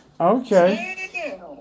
okay